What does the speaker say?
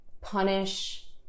punish